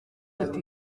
ati